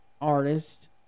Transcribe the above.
artist